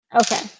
Okay